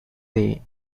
day